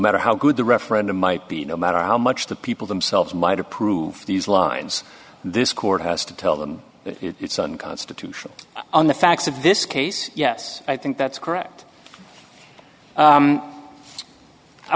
matter how good the referendum might be no matter how much the people themselves might approve these lines this court has to tell them that it's unconstitutional on the facts of this case yes i think that's correct